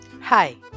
Hi